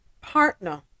partner